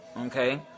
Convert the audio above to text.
Okay